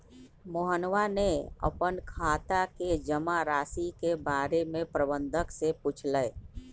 मोहनवा ने अपन खाता के जमा राशि के बारें में प्रबंधक से पूछलय